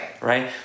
Right